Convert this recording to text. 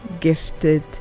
gifted